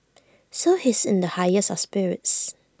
so he's in the highest of spirits